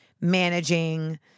managing